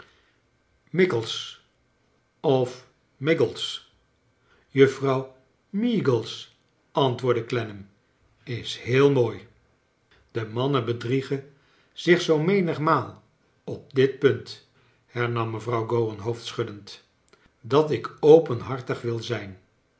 mickles of miggles juffrouw meagles antwoordde clehnam is heel mooi de mannen bedriegen zich zoo menigmaal op dit punt hernam mevrouw gowan hoofdschuddend dat ik openhartig wil zijn